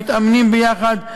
מתאמנים יחד,